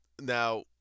Now